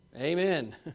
amen